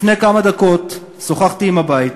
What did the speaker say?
לפני כמה דקות שוחחתי עם הבית,